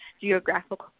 geographical